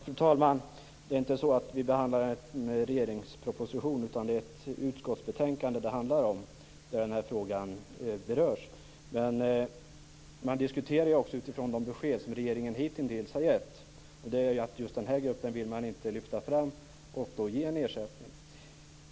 Fru talman! Det är inte så att vi behandlar en regeringsproposition, det är ett utskottsbetänkande det handlar om, där den här frågan berörs. Men man diskuterar också utifrån de besked som regeringen hitintills har gett. Just den här gruppen vill man inte lyfta fram och ge en ersättning.